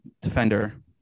defender